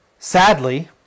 Sadly